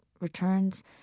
returns